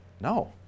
no